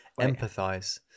Empathize